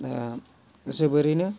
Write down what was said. जोबोरैनो